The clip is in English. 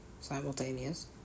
simultaneous